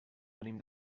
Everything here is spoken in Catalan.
venim